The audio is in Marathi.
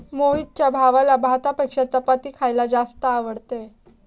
मोहितच्या भावाला भातापेक्षा चपाती खायला जास्त आवडते